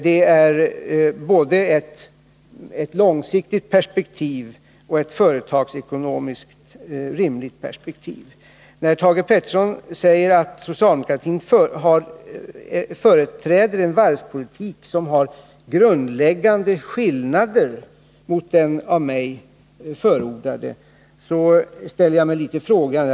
Det är både ett långsiktigt och ett företagsekonomiskt rimligt perspekti När Thage Peterson säger att socialdemokratin företräder en varvspolitik som har grundläggande skillnader mot den av mig förordade ställer jag mig litet frågande.